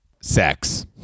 Sex